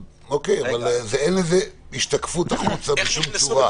אוקיי, אבל אין לזה השתקפות החוצה בשום צורה.